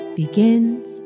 begins